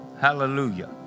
Hallelujah